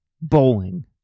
bowling